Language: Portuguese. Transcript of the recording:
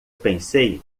pensei